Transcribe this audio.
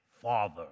father